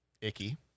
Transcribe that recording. icky